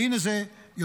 והינה זה יוצא.